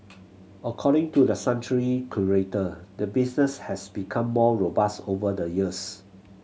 according to the sanctuary's curator the business has become more robust over the years